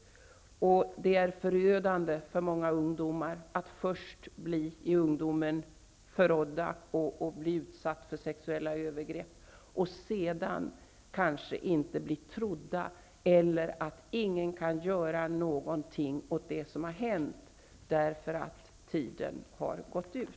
Och det är förödande för många ungdomar att först bli förrådda och utsatta för sexuella övergrepp i ungdomen och sedan kanske inte bli trodda eller råka ut för att ingen kan göra något åt det som har hänt därför att tiden har gått ut.